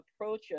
approach